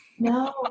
No